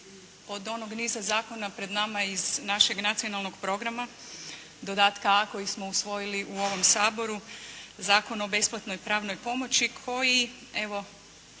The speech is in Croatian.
od onoga niza zakona pred nama iz našeg nacionalnog programa, dodatka A koji smo usvojili u ovom Saboru Zakon o besplatnoj pravnoj pomoći koji evo,